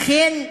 לכן,